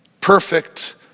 perfect